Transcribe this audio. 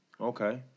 Okay